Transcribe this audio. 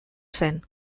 zen